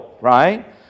right